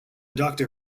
doctor